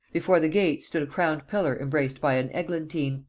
before the gate stood a crowned pillar embraced by an eglantine,